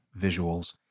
visuals